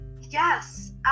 Yes